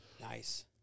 Nice